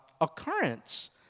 occurrence